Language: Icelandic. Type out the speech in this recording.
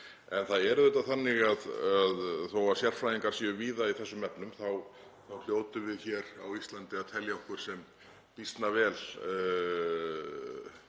En það er auðvitað þannig að þó að sérfræðingar séu víða í þessum efnum þá hljótum við hér á Íslandi að telja okkur býsna vel